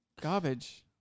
Garbage